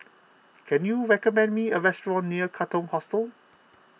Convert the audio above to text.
can you recommend me a restaurant near Katong Hostel